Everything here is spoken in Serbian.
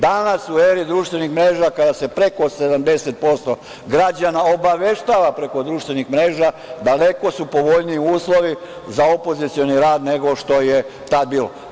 Danas, u eri društvenih mreža, kada se preko 70% građana obaveštava preko društvenih mreža, daleko su povoljniji uslovi za opozicioni rad nego što je tada bilo.